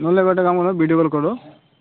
ନହେଲେ ଗୋଟେ କାମ କର ଭିଡ଼ିଓ କଲ୍ କର